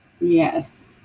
Yes